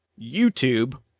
YouTube